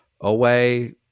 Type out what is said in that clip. away